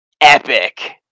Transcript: Epic